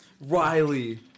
Riley